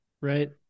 right